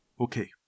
Okay